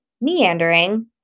meandering